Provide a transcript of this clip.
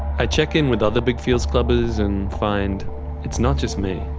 i check in with other big feels clubers and find it's not just me.